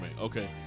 okay